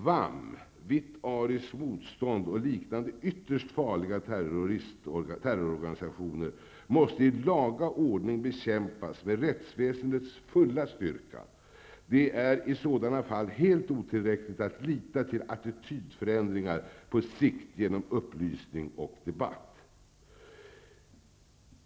VAM, Vitt ariskt motstånd, och liknande ytterst farliga terrororganisationer måste i laga ordning bekämpas med rättsväsendets fulla styrka. Det är i det sammanhanget helt otillräckligt att lita till attitydförändringar på sikt genom upplysning och debatt.